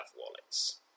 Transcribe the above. wallets